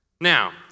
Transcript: Now